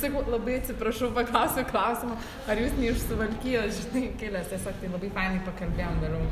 sakau labai atsiprašau paklausiu klausimą ar ne jūs iš suvalkijos žinai kilęs tiesiog tai labai fainai pakalbėjom vėliau